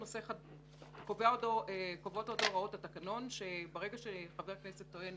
קובעות עוד הוראות התקנון שברגע שחבר כנסת טוען